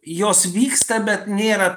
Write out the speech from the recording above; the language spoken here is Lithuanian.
jos vyksta bet nėra